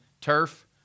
turf